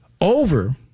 Over